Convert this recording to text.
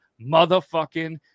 motherfucking